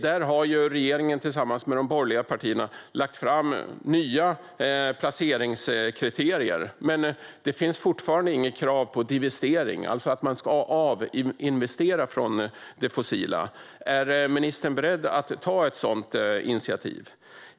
Där har regeringen tillsammans med de borgerliga partierna lagt fram nya placeringskriterier, men det finns fortfarande inget krav på divestering, alltså att man ska avinvestera från det fossila. Är ministern beredd att ta ett sådant initiativ?